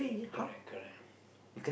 correct correct